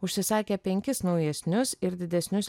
užsisakė penkis naujesnius ir didesnius